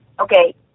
okay